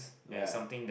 yea